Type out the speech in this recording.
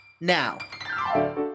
now